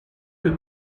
que